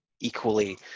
equally